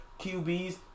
QBs